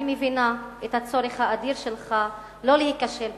אני מבינה את הצורך האדיר שלך לא להיכשל במבחן,